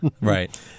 Right